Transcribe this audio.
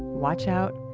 watch out,